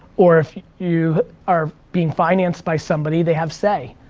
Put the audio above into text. or if you are being financed by somebody, they have say.